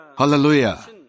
Hallelujah